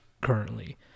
currently